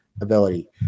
ability